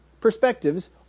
perspectives